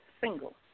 single